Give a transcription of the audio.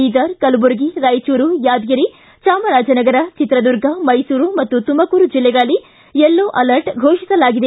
ಬೀದರ್ ಕಲಬುರ್ಗಿ ರಾಯಚೂರು ಯಾದಗಿರಿ ಚಾಮರಾಜನಗರ ಚಿತ್ರದುರ್ಗ ಮೈಸೂರು ಮತ್ತು ತುಮಕೂರು ಜಿಲ್ಲೆಗಳಲ್ಲಿ yellow alert ಘೋಷಿಸಲಾಗಿದೆ